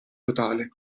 totale